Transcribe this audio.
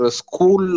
school